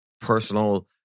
personal